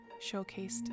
showcased